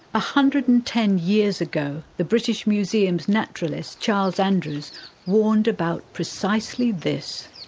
hundred and ten years ago the british museum naturalist charles andrews warned about precisely this.